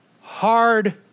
Hard